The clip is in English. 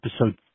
Episode